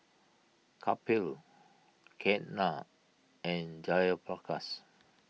Kapil Ketna and Jayaprakash